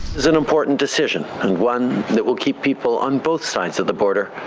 it's an important decision and one that will keep people on both sides of the border,